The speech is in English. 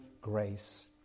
grace